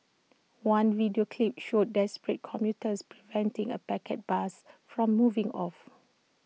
one video clip showed desperate commuters preventing A packed bus from moving off